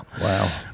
Wow